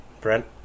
Brent